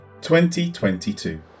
2022